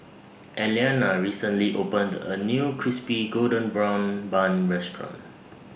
Elianna recently opened A New Crispy Golden Brown Bun Restaurant